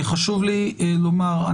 חשוב לי לומר,